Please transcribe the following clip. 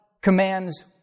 commands